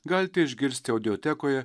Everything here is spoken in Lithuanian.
galite išgirsti audiotekoje